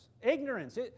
Ignorance